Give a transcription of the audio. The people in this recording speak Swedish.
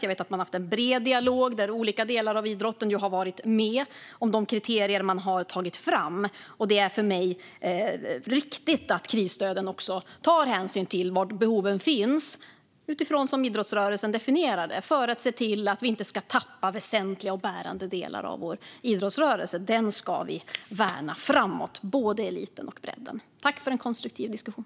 Jag vet att man har haft en bred dialog om kriterierna där olika delar av idrottsrörelsen har varit med. Det är för mig riktigt att krisstöden också ska ta hänsyn till var behoven finns, utifrån hur idrottsrörelsen definierar det, för att vi inte ska tappa väsentliga och bärande delar av vår idrottsrörelse. Den ska vi värna framöver, både eliten och bredden. Tack för en konstruktiv diskussion!